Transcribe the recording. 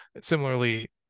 similarly